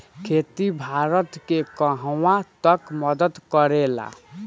खेती भारत के कहवा तक मदत करे ला?